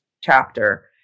chapter